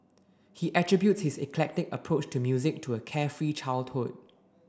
he attributes his eclectic approach to music to a carefree childhood